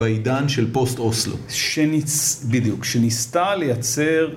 ‫בעידן של פוסט-אוסלו, ‫בדיוק, שניסתה לייצר...